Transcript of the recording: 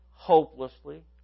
hopelessly